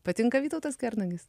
patinka vytautas kernagis